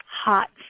hot